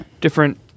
different